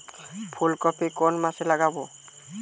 ফুলকপি কোন মাসে লাগাবো?